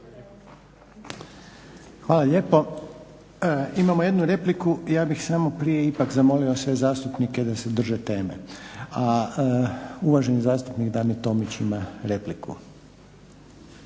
Hvala lijepa. Imamo jednu repliku. Ja bih samo prije ipak zamolio sve zastupnike da se drže teme. Uvaženi zastupnik Damir Tomić ima repliku.